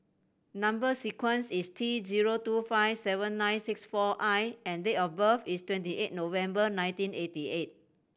number sequence is T zero two five seven nine six four I and date of birth is twenty eight November nineteen eighty eight